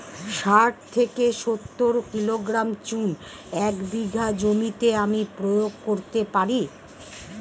শাঠ থেকে সত্তর কিলোগ্রাম চুন এক বিঘা জমিতে আমি প্রয়োগ করতে পারি?